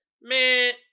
Man